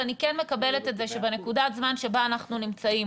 ואני כן מקבלת את זה שבנקודת הזמן שבה אנחנו נמצאים,